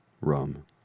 rum